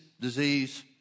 disease